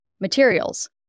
materials